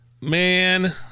Man